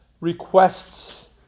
requests